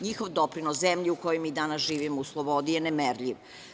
NJihov doprinos zemlji u kojoj mi danas živimo u slobodi je nemerljiv.